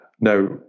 Now